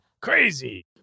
crazy